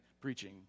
preaching